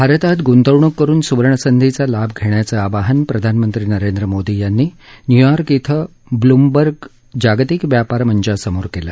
भारतात गुंतवणूक करुन सुवर्णसंधीचा लाभ घेण्याचं आवाहन प्रधानमंत्री नरेंद्र मोदी यांनी न्यूयॉर्क इथं ब्लूमबर्ग जागतिक व्यापार मंचासमोर केलं